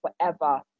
forever